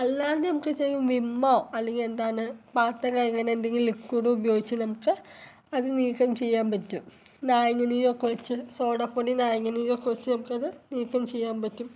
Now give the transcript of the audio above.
അല്ലാണ്ട് നമുക്ക് ചെയ്യും വിമ്മോ അല്ലെങ്കിൽ എന്താണ് പാത്തര അങ്ങനെ എന്തെങ്കിലു ലിക്കുടുപയോഗിച്ച് നമുക്ക് അത് നീക്കം ചെയ്യാമ്പറ്റും നാരങ്ങനീരൊക്കൊച്ച് സോഡാപ്പൊടി നാരങ്ങനീരൊക്കൊച്ച് നമുക്കത് നീക്കഞ്ചെയ്യാമ്പറ്റും